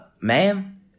ma'am